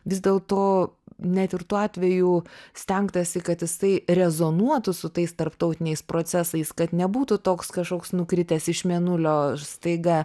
vis dėlto net ir tuo atveju stengtasi kad jisai rezonuotų su tais tarptautiniais procesais kad nebūtų toks kažkoks nukritęs iš mėnulio staiga